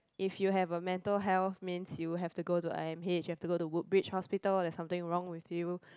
if you have a mental health means you have to go to i_m_h you have to go to Woodbridge hospital there's something wrong with you